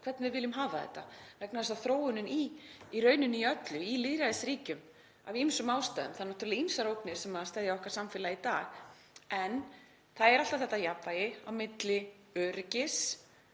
hvernig við viljum hafa þetta, vegna þeirrar þróunar sem er í rauninni í öllu, í lýðræðisríkjum, af ýmsum ástæðum. Það eru náttúrlega ýmsar ógnir sem steðja að okkar samfélagi í dag. En það er alltaf þetta jafnvægi á milli öryggis